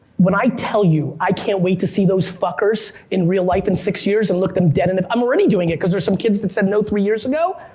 when i tell you i can't wait to see those fuckers in real life in six years and look them dead in the, i'm already doing it, cause there's some kids that said no three years ago,